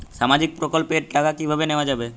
সামাজিক প্রকল্পের টাকা কিভাবে নেওয়া যাবে?